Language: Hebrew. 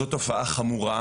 זאת תופעה חמורה,